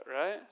right